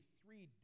three